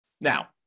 Now